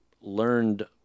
learned